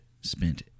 spent